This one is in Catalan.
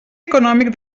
econòmic